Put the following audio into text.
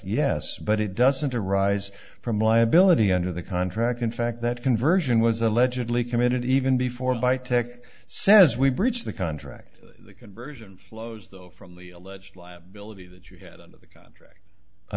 yes but it doesn't arise from liability under the contract in fact that conversion was allegedly committed even before by tech says we breach the contract the conversion flows though from the alleged liability that you get out of the contract i